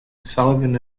sullivan